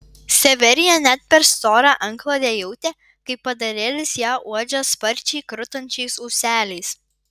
severija net per storą antklodę jautė kaip padarėlis ją uodžia sparčiai krutančiais ūseliais